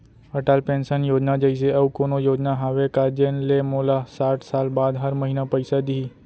Atal pension योजना जइसे अऊ कोनो योजना हावे का जेन ले मोला साठ साल बाद हर महीना पइसा दिही?